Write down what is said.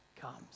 comes